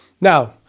Now